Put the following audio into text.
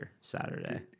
Saturday